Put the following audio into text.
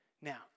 Now